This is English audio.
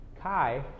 Chi